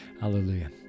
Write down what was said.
Hallelujah